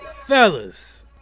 Fellas